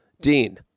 Dean